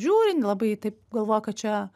žiūri labai taip galvoja kad čia